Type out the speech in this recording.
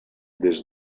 des